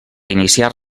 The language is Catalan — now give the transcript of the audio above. iniciar